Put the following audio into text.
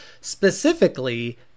specifically